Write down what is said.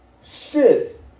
sit